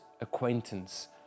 acquaintance